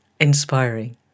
inspiring